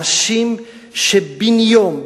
אנשים שבן יום,